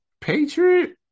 Patriot